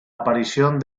aparición